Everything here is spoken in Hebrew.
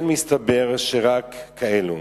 כן, מסתבר שרק כאילו,